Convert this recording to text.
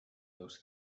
those